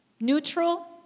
Neutral